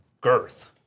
girth